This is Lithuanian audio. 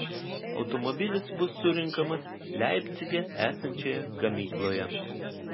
automobilis bus surenkamas leipcige esančioje gamykloje